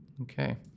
Okay